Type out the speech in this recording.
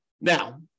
Now